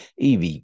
EV